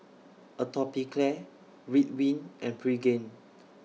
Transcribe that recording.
Atopiclair Ridwind and Pregain